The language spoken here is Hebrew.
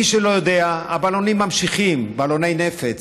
למי שלא יודע, הבלונים נמשכים, בלוני הנפץ.